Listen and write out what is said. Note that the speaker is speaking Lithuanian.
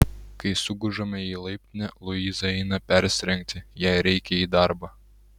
kai sugužame į laiptinę luiza eina persirengti jai reikia į darbą